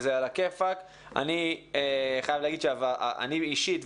אני חייב לומר שאני אישית,